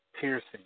piercing